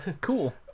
Cool